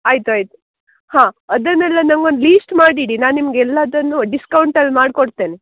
ಆಯ್ತು ಆಯ್ತು ಹಾಂ ಅದನ್ನೆಲ್ಲ ನಂಗೊಂದು ಲೀಸ್ಟ್ ಮಾಡಿ ಇಡಿ ನಾನು ನಿಮ್ಗೆ ಎಲ್ಲದನ್ನು ಡಿಸ್ಕೌಂಟಲ್ಲಿ ಮಾಡ್ಕೊಡ್ತೇನೆ